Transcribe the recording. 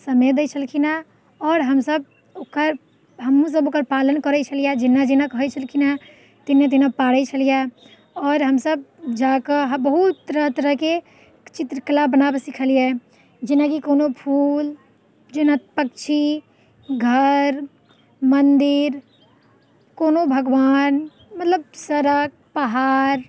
समय दै छलखिन हेँ आओर हमसब ओकर हमहूँसब ओकर पालन करै छलिए जेना जेना कहै छलखिन हेँ तहिने तहिने पारै छलिए आओर हमसब जाकऽ बहुत तरह तरहके चित्रकला बनाबऽ सिखलिए जेना कि कोनो फूल जेना पक्षी घर मन्दिर कोनो भगवान मतलब सड़क पहाड़